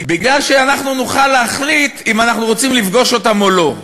כדי שאנחנו נוכל להחליט אם אנחנו רוצים לפגוש אותם או לא.